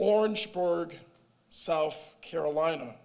orangeburg south carolina